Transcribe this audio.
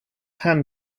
hand